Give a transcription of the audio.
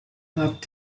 not